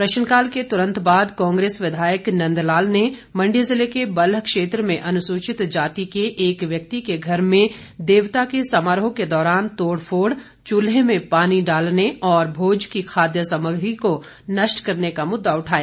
प्रश्नकाल के तुरंत बाद कांग्रेस विधायक नंदलाल ने मंडी जिले के बल्ह क्षेत्र में अनुसूचित जाति के एक व्यक्ति के घर में देवता के समारोह के दौरान तोड़ फोड़ चूल्हे में पानी डालने और भोज की खाद्य सामग्री को नष्ट करने का मुद्दा उठाया